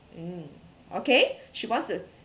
mm okay she wants to